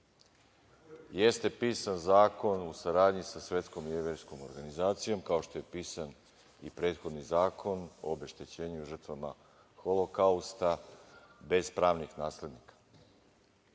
Jeste pisan zakon u saradnji sa svetskom jevrejskom organizacijom, kao što je pisan i prethodni zakon o obeštećenju žrtvama holokausta bez pravnih naslednika.Međutim,